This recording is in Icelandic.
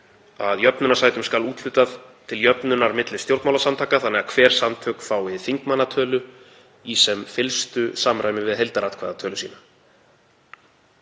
að jöfnunarsætum skal úthlutað til jöfnunar milli stjórnmálasamtaka þannig að hver samtök fái þingmannatölu í sem fyllstu samræmi við heildaratkvæðatölu sína.